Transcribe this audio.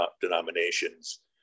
denominations